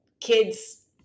kids